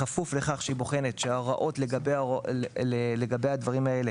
בכפוף לכך שהיא בוחנת שההוראות לגבי העניינים האלה